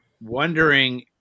wondering